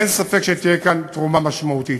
אין ספק שתהיה כאן תרומה משמעותית.